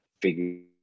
figure